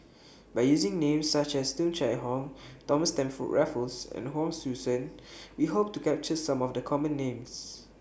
By using Names such as Tung Chye Hong Thomas Stamford Raffles and Hon Sui Sen We Hope to capture Some of The Common Names